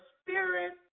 spirit